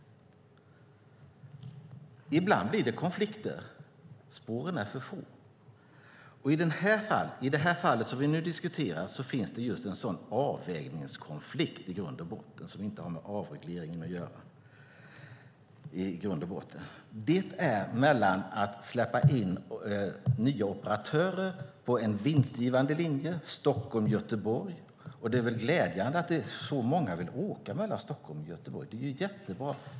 Ibland blir det konflikter. Spåren är för få. I det här fallet som vi nu diskuterar finns i grunden just en sådan avvägningskonflikt, och den har inte med avregleringen att göra. Den ena sidan handlar om att släppa in nya operatörer på en vinstgivande linje, Stockholm-Göteborg. Det är väl glädjande att så många vill åka mellan Stockholm och Göteborg; det är jättebra.